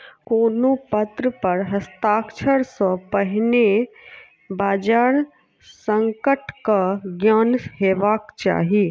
कोनो पत्र पर हस्ताक्षर सॅ पहिने बजार संकटक ज्ञान हेबाक चाही